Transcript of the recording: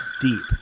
deep